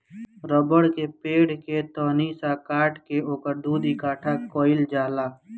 रबड़ के पेड़ के तनी सा काट के ओकर दूध इकट्ठा कइल जाला